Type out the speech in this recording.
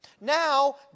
Now